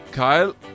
Kyle